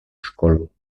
školu